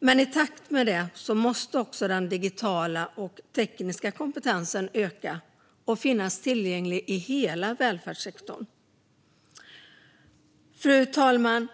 Men i takt med detta måste också den digitala och tekniska kompetensen öka och finnas tillgänglig i hela välfärdssektorn. Fru talman!